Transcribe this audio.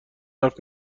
حرف